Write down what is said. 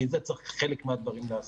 כי זה חלק מהדברים שצריך לעשות.